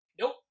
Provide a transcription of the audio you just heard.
Nope